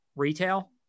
retail